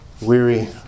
weary